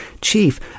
Chief